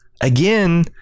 again